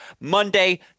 Monday